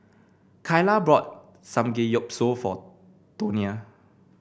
Kaila bought Samgeyopsal for Tonia